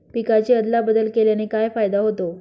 पिकांची अदला बदल केल्याने काय फायदा होतो?